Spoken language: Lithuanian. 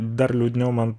dar liūdniau man